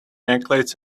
necklines